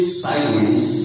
sideways